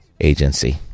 agency